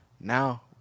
now